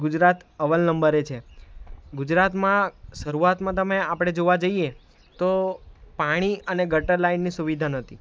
ગુજરાત અવ્વલ નંબરે છે ગુજરાતમાં શરૂઆતમાં તમે આપણે જોવા જઈએ તો પાણી અને ગટર લાઇનની સુવિધા નહોતી